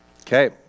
Okay